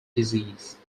disease